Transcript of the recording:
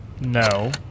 No